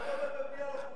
אתה תומך בבנייה לא חוקית?